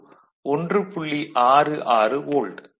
66 volt